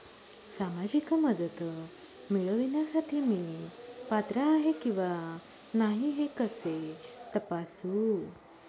सामाजिक मदत मिळविण्यासाठी मी पात्र आहे किंवा नाही हे कसे तपासू?